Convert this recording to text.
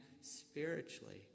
spiritually